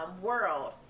world